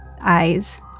eyes